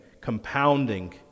compounding